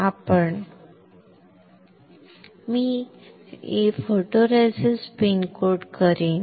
तर मी photoresist spin coat करीन